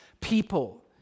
people